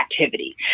activity